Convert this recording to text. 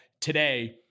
today